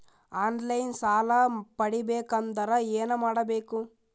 On line ಸಾಲ ಪಡಿಬೇಕಂದರ ಏನಮಾಡಬೇಕು?